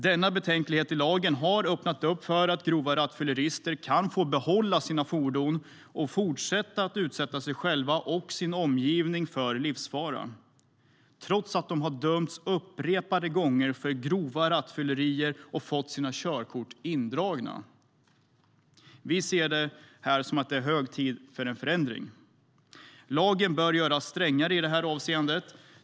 Denna betänklighet i lagen har öppnat för att de som döms för grovt rattfylleri kan få behålla sina fordon och fortsätta att utsätta sig själva och sin omgivning för livsfara, trots att de har dömts upprepade gånger för grovt rattfylleri och fått sina körkort indragna. Vi anser att det är hög tid för en förändring. Lagen bör göras strängare i detta avseende.